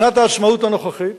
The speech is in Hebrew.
שנת העצמאות הנוכחית